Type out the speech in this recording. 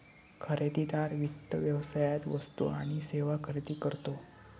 खरेदीदार वित्त व्यवसायात वस्तू आणि सेवा खरेदी करतो